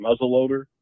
muzzleloader